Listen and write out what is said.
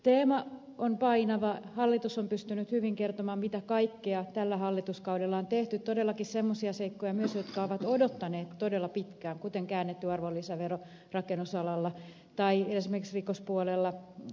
teema on painava hallitus on pystynyt hyvin kertomaan mitä kaikkea tällä hallituskaudella on tehty todellakin semmoisia seikkoja myös jotka ovat odottaneet todella pitkään kuten käännetty arvonlisävero rakennusalalla tai esimerkiksi rikospuolella tulliselvitysrikos